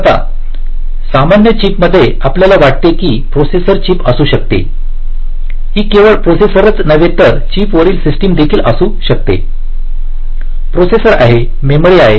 आता सामान्य चिपमध्ये आपल्याला वाटते की ते प्रोसेसर चिप असू शकते ही केवळ प्रोसेसरच नव्हे तर चिपवरील सिस्टम देखील असू शकते प्रोसेसर आहे मेमरी आहे